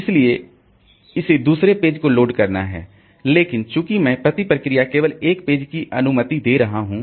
इसलिए इसे दूसरे पेज को लोड करना है लेकिन चूंकि मैं प्रति प्रोसेस केवल एक पेज की अनुमति दे रहा हूं